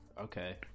Okay